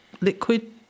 liquid